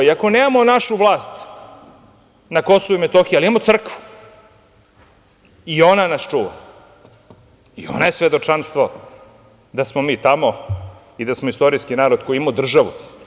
Iako nemamo našu vlast na KiM, imamo crkvu i ona nas čuva, jer ona je svedočanstvo da smo mi tamo i da smo istorijski narod koji je imao državu.